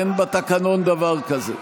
אין בתקנון דבר כזה.